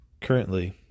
currently